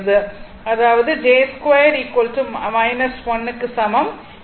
அதாவது j 2 1 க்கு சமம்